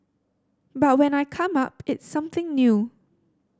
but when I come up it's something new